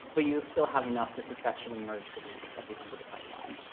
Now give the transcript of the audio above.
but you'll still have enough to successfully merge the reads at the end of the pipeline.